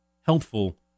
helpful